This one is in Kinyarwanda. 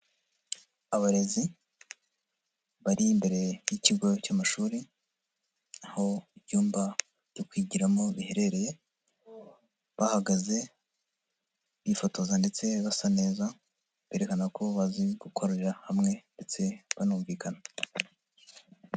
Abarezi bari imbere y'ikigo cy'amashuri aho ibyumba byo kwigiramo biherereye bahagaze bifotoza ndetse basa neza berekana ko bazi gukorera hamwe ndetse banumvikana.